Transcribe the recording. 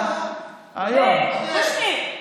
ההצעה של קושניר.